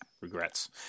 regrets